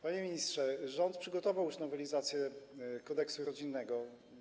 Panie ministrze, rząd przygotował już nowelizację kodeksu rodzinnego.